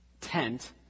tent